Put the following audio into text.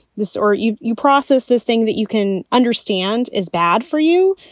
this or you you process this thing that you can understand is bad for you,